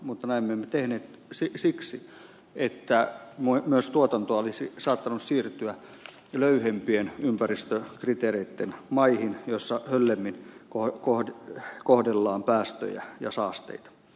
mutta näin me emme tehneet siksi että myös tuotantoa olisi saattanut siirtyä löyhempien ympäristökriteereitten maihin joissa höllemmin kohdellaan päästöjä ja saasteita